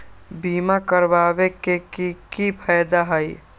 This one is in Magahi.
बीमा करबाबे के कि कि फायदा हई?